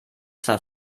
zwar